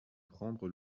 prendre